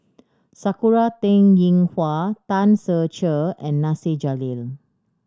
Sakura Teng Ying Hua Tan Ser Cher and Nasir Jalil